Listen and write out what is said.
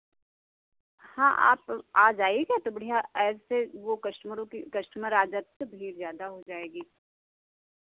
हाँ आप आ जाइएगा तो बढ़ियाँ ऐसे वो कस्टमरों की कस्टमर आ जाते तो भीड़ ज़्यादा हो जाएगी